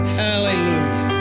hallelujah